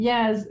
Yes